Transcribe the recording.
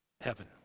heaven